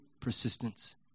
persistence